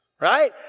right